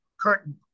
curtain